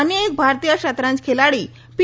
અન્ય એક ભારતીય શતરંજ ખેલાડી પી